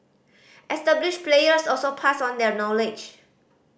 established players also pass on their knowledge